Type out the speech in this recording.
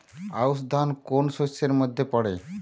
আউশ ধান কোন শস্যের মধ্যে পড়ে?